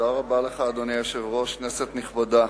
אדוני היושב-ראש, תודה רבה, כנסת נכבדה,